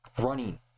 running